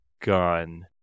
gun